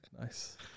Nice